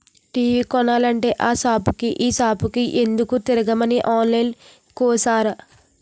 TV కొనాలంటే ఆ సాపుకి ఈ సాపుకి ఎందుకే తిరగడమని ఆన్లైన్లో కొనేసా